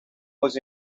was